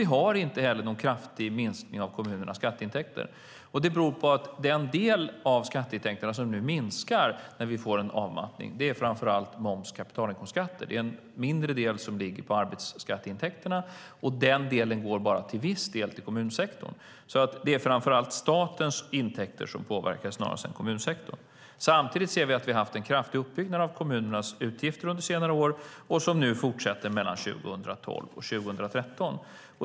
Vi har inte heller någon kraftig minskning av kommunernas skatteintäkter. Det beror på att den del av skatteintäkterna som nu minskar när vi får en avmattning framför allt är moms och kapitalinkomstskatter. Det är en mindre del som ligger på arbetsskatteintäkterna, och den delen går bara till viss del till kommunsektorn. Det är alltså framför allt statens intäkter som påverkas, snarare än kommunsektorns. Samtidigt ser vi att vi har haft en kraftig uppbyggnad av kommunernas utgifter under senare år, vilket nu fortsätter mellan 2012 och 2013.